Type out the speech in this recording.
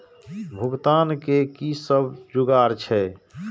भुगतान के कि सब जुगार छे?